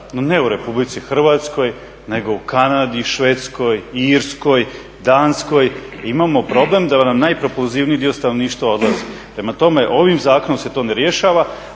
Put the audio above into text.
ne u Republici Hrvatskoj nego u Kanadi, Švedskoj, Irskoj, Danskoj. Imamo problem da nam najpropulzivniji dio stanovništva odlazi. Prema tome ovim zakonom se to ne rješava,